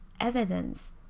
evidence